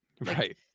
Right